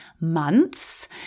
months